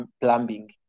plumbing